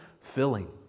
filling